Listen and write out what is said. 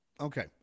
Okay